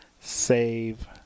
save